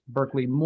Berkeley